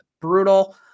Brutal